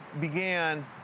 began